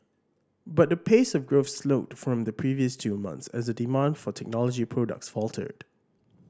but the pace of growth slowed from the previous two months as demand for technology products faltered